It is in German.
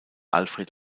alfred